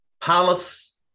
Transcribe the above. Palace